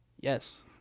Yes